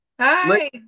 Hi